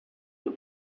too